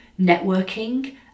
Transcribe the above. networking